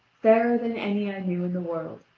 fairer than any i knew in the world,